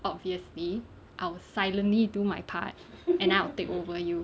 obviously I will silently do my part and then I will take over you